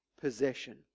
possession